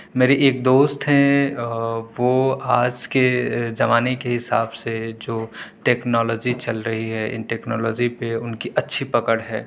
میری ایک دوست ہیں وہ آج کے زمانے کے حساب سے جو ٹیکنالوجی چل رہی ہے ان ٹیکنالوجی پہ ان کی اچھی پکڑ ہے